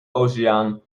oceaan